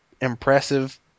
impressive